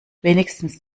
wenigstens